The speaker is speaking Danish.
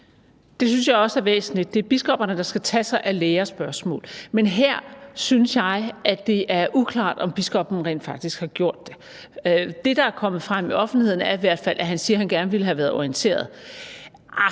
Det synes jeg også er væsentligt. Det er biskopperne, der skal tage sig af lærespørgsmål. Men her synes jeg, det er uklart, om biskoppen rent faktisk har gjort det. Det, der er kommet frem i offentligheden, er i hvert fald, at han siger, at han gerne ville have været orienteret.